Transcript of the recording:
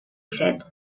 said